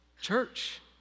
church